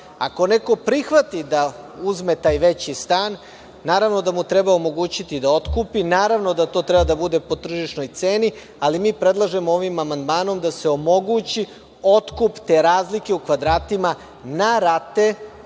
Ako neko prihvati da uzme taj veći stan, naravno da mu treba omogućiti da otkupi, naravno da to treba da bude po tržišnoj ceni, ali mi predlažemo ovim amandmanom da se omogući otkup te razlike u kvadratima na rate,